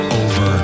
over